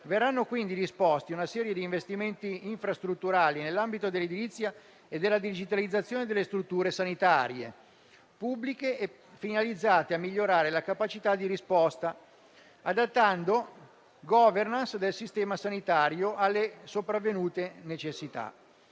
Verrà quindi disposta una serie di investimenti infrastrutturali nell'ambito dell'edilizia e della digitalizzazione delle strutture sanitarie pubbliche, investimenti finalizzati a migliorare la capacità di risposta, adattando *governance* del Sistema sanitario alle sopravvenute necessità.